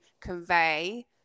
convey